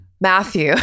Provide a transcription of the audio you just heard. Matthew